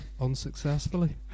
unsuccessfully